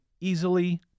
easily